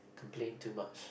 complain too much